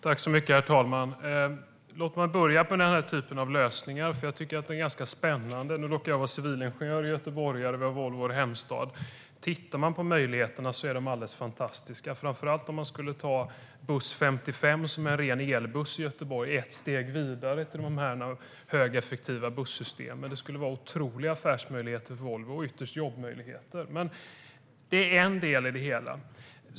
Herr talman! Låt mig börja med den typen av lösningar eftersom de är ganska spännande. Nu råkar jag vara civilingenjör, och Göteborg är min och Volvos hemstad. Möjligheterna är alldeles fantastiska, framför allt om man skulle ta buss 55, som är en ren elbuss i Göteborg, ett steg vidare till de högeffektiva bussystemen. Det är en otrolig affärsmöjlighet för Volvo och ytterst jobbmöjligheter. Det är en del i det hela.